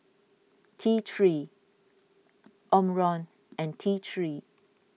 T three Omron and T three